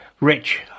Rich